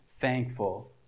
thankful